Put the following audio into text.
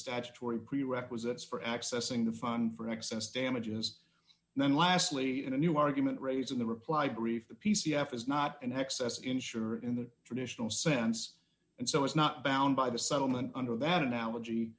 statutory prerequisites for accessing the fund for excess damages and then lastly in a new argument raised in the reply brief the p c f is not an excess insurer in the traditional sense and so is not bound by the settlement under that analogy